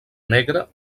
negre